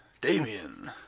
Damien